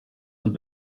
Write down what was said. und